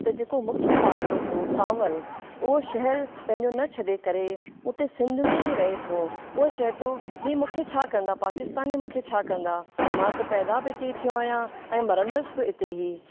त जेको मुख्य पात्र हुओ सावल उहो शहरु पंहिंजो न छॾे करे उते सिंध में ई रहे थो उहे चए थो इहो मूंखे छा कंदा पाकिस्तानियूं मूंखे छा कंदा मां त पैदा बि हिते ई थियो आहियां ऐं मरंदसि बि हिते ई